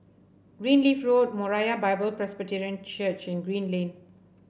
Greenleaf Road Moriah Bible Presby Church and Green Lane